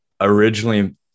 originally